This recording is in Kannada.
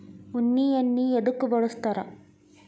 ಉಣ್ಣಿ ಎಣ್ಣಿ ಎದ್ಕ ಬಳಸ್ತಾರ್?